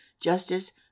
justice